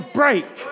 break